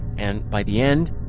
and by the end,